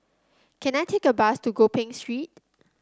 can I take a bus to Gopeng Street